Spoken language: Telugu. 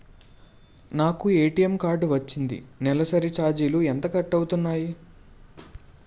నాకు ఏ.టీ.ఎం కార్డ్ వచ్చింది నెలసరి ఛార్జీలు ఎంత కట్ అవ్తున్నాయి?